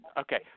Okay